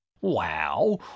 Wow